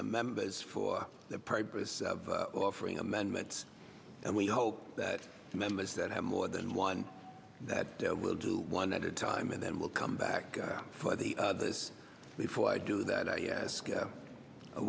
them members for the purpose of offering amendments and we hope that the members that have more than one that will do one at a time and then will come back for the this before i do that i ask